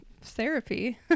therapy